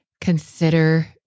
consider